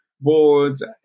boards